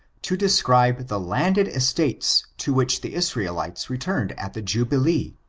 to describe the landed estates to which the israelites returned at the jubilee,